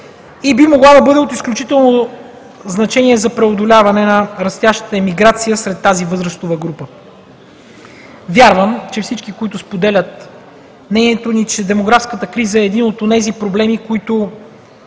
и би могла да бъде от изключително значение за преодоляване на растящата емиграция сред тази възрастова група. Вярвам, че всички, които споделят мнението ни, че демографската криза е един от онези проблеми,